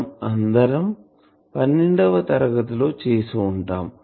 మనం అందరం 12 వ తరగతి లో చేసే ఉంటాం